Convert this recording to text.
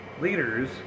Leaders